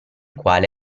quale